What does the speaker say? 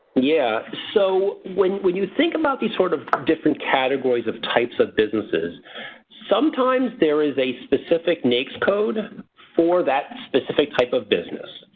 yeah so when when you think about the sort of of different categories of types of businesses sometimes there is a specific naics code for that specific type of business.